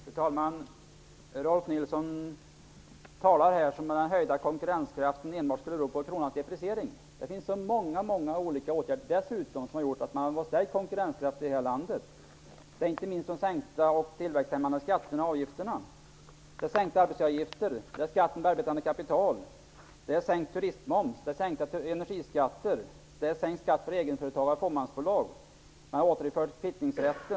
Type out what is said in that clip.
Fru talman! Rolf Nilson talar om att den höjda konkurrenskraften endast beror på kronans depreciering. Det finns många olika åtgärder som gjort att konkurrenskraften stärkts i det här landet, inte minst de sänkta skatterna och avgifterna, sänkta arbetsgivaravgifter, den sänkta skatten på arbetande kapital, sänkt turistmoms, sänkta energiskatter, sänkt skatt för egenföretagare och fåmansbolag, återinförd kvittningsrätt.